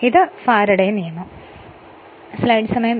ഇതാണ് ഫാരഡെ നിയമം